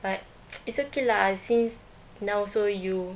but it's okay lah since now also you